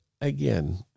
again